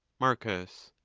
marcus.